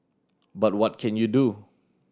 but what can you do